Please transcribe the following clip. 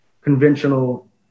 conventional